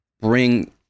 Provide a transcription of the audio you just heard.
bring